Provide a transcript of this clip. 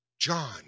John